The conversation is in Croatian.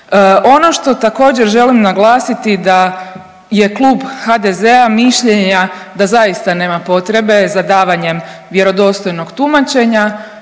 Ono što također želim naglasiti da je Klub HDZ-a mišljenja da zaista nema potrebe za davanjem vjerodostojnog tumačenja